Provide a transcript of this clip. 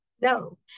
no